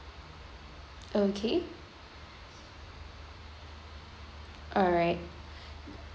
okay alright